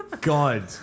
god